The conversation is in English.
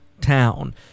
town